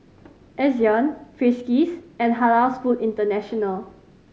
Ezion Friskies and Halals Food International